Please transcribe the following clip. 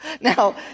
now